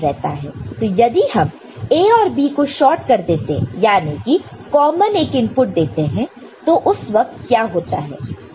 तो यदि हम A और B को शॉर्ट कर देते हैं याने की कॉमन एक इनपुट देते हैं तो उस वक्त क्या होता है